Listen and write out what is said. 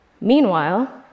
Meanwhile